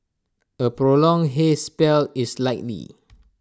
A prolonged haze spell is likely